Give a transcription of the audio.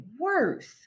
worse